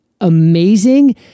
amazing